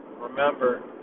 remember